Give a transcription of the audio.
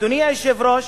אדוני היושב-ראש,